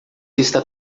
está